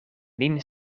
nin